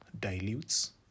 dilutes